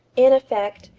in effect,